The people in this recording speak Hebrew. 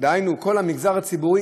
דהיינו כל המגזר הציבורי,